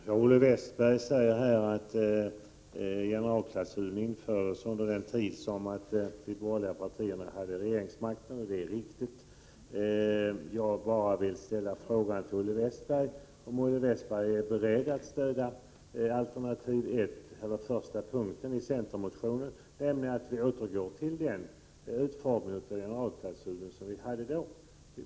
Herr talman! Olle Westberg säger att generalklausulen infördes under den tid då de borgerliga partierna hade regeringsmakten, och det är riktigt. Men då vill jag bara fråga om Olle Westberg är beredd att stödja yrkande 1 i centermotionen Sk725, där vi föreslår att de ursprungliga reglerna för generalklausulen skall återinföras.